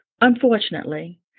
Unfortunately